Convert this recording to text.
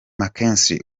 mckinstry